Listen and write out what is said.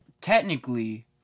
technically